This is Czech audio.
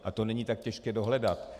A to není tak těžké dohledat.